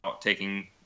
taking